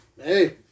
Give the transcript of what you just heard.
hey